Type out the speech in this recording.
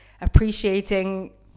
appreciating